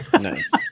Nice